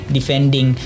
Defending